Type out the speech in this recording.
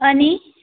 अनि